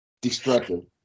Destructive